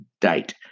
date